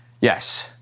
Yes